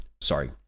Sorry